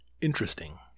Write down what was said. Interesting